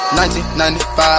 1995